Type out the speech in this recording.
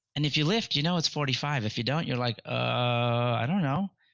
and if you lift, you know it's forty five. if you don't, you're like ah i don't know.